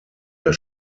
der